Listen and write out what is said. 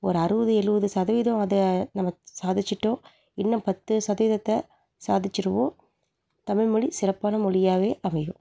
ஒரு அறுபது எழுவது சதவீதம் அதை நம்ம சாதிச்சுட்டோம் இன்னும் பத்து சதவீதத்தை சாதிச்சுடுவோம் தமிழ் மொழி சிறப்பான மொழியாவே அமையும்